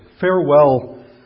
farewell